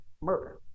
murder